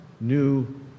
new